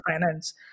finance